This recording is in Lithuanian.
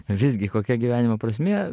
visgi kokia gyvenimo prasmė